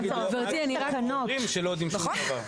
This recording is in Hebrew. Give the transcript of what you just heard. מה יגידו ההורים שלא יודעים שום דבר?